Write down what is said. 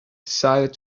decided